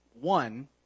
One